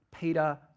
Peter